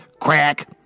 crack